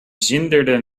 zinderde